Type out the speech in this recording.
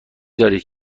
دارید